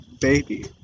baby